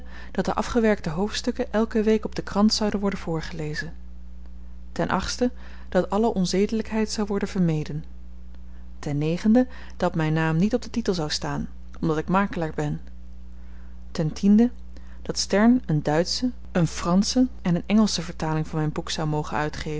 dat de afgewerkte hoofdstukken elke week op den krans zouden worden voorgelezen dat alle onzedelykheid zou worden vermeden dat myn naam niet op den titel zou staan omdat ik makelaar ben dat stern een duitsche een fransche en een engelsche vertaling van myn boek zou mogen uitgeven